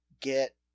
get